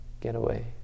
getaway